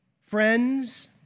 friends